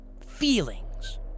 feelings